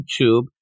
YouTube